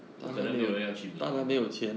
不可能没有人要去 milan [one] [what]